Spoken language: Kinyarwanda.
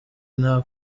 nta